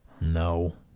no